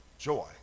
joy